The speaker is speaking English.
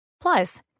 Plus